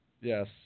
Yes